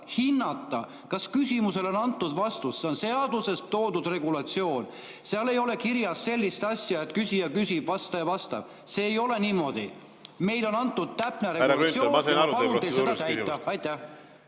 hinnata, kas küsimusele on antud vastus. See on seaduses toodud regulatsioon. Seal ei ole kirjas sellist asja, et küsija küsib, vastaja vastab. See ei ole niimoodi. Meile on antud täpne regulatsioon ja ma palun teil seda täita.